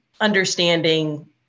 understanding